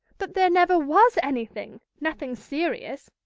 but there never was anything nothing serious.